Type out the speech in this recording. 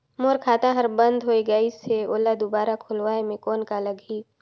मोर खाता हर बंद हो गाईस है ओला दुबारा खोलवाय म कौन का लगही?